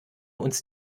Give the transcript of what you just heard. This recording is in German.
uns